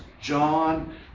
John